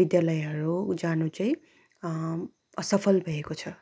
विद्यालयहरू जानु चाहिँ असफल भएको छ